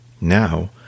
Now